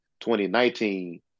2019